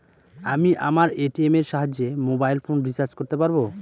আমি আমার এ.টি.এম এর সাহায্যে মোবাইল ফোন রিচার্জ করতে পারব?